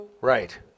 Right